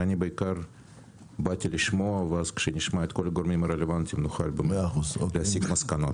אני פותח את ישיבת ועדת הכלכלה.